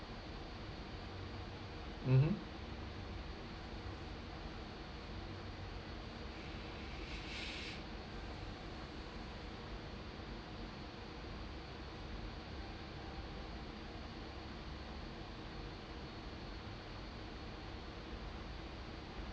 mmhmm